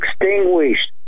extinguished